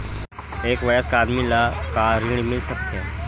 एक वयस्क आदमी ला का ऋण मिल सकथे?